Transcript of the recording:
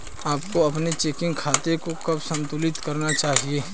आपको अपने चेकिंग खाते को कब संतुलित करना चाहिए?